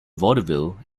vaudeville